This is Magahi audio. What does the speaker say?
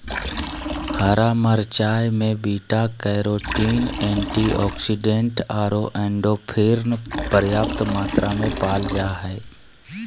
हरा मिरचाय में बीटा कैरोटीन, एंटीऑक्सीडेंट आरो एंडोर्फिन पर्याप्त मात्रा में पाल जा हइ